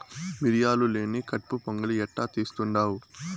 మిరియాలు లేని కట్పు పొంగలి ఎట్టా తీస్తుండావ్